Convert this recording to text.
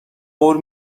قول